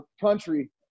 country